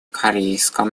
корейской